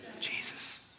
Jesus